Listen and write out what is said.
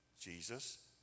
Jesus